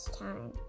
time